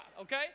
okay